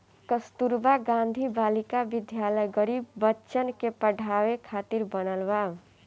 कस्तूरबा गांधी बालिका विद्यालय गरीब बच्चन के पढ़ावे खातिर बनल बा